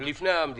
לפני המדינה.